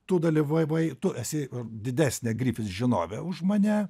tu dalyvavai tu esi didesnė grifits žinovė už mane